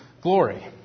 Glory